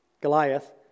Goliath